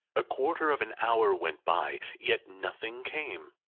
a quarter of an hour went by, yet nothing came.